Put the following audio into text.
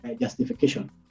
justification